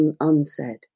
unsaid